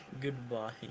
goodbye